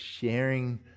sharing